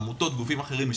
עמותות וגופים אחרים.